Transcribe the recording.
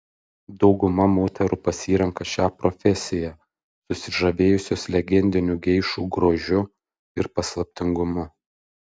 dauguma moterų pasirenka šią profesiją susižavėjusios legendiniu geišų grožiu ir paslaptingumu